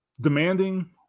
demanding